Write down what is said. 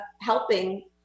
helping